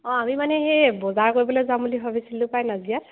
অঁ আমি মানে সেই বজাৰ কৰিবলৈ যাম বুলি ভাবিছিলোঁ পাই নাজিৰাত